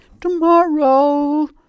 tomorrow